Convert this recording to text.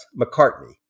McCartney